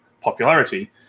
popularity